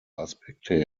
aspekte